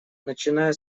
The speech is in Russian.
начиная